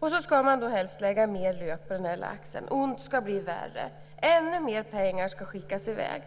Nu ska det helst läggas mer lök på laxen, ont ska bli värre. Ännu mer pengar ska skickas i väg.